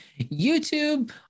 YouTube